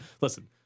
listen